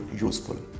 useful